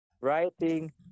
writing